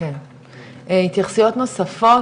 התייחסויות נוספות,